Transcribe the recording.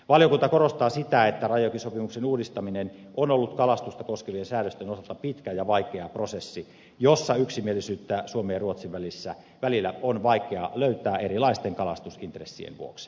valiokunta korostaa sitä että rajajokisopimuksen uudistaminen on ollut kalastusta koskevien säädösten osalta pitkä ja vaikea prosessi jossa yksimielisyyttä suomen ja ruotsin välillä on ollut vaikea löytää erilaisten kalastusintressien vuoksi